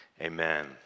Amen